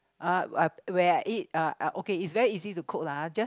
uh when I eat uh uh okay it's very easy to cook lah just